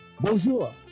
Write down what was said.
Bonjour